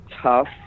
tough